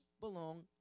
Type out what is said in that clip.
belong